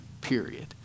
period